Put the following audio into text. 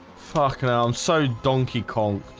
fuck and i'm and so donkey kong.